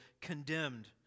condemned